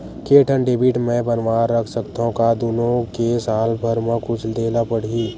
के ठन डेबिट मैं बनवा रख सकथव? का दुनो के साल भर मा कुछ दे ला पड़ही?